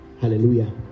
hallelujah